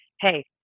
hey